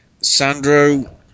Sandro